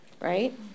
right